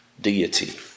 deity